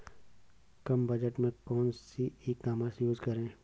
कम budget में कौन सी ई कॉमर्स यूज़ करें?